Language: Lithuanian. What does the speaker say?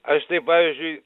aš tai pavyzdžiui